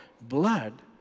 Blood